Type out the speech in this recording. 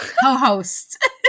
co-host